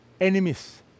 Enemies